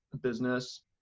business